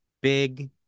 big